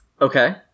Okay